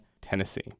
Tennessee